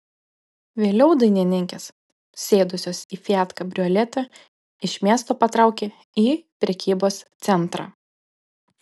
vėliau dainininkės sėdusios į fiat kabrioletą iš miesto patraukė į prekybos centrą